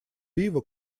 пива